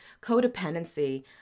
codependency